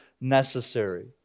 necessary